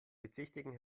bezichtigen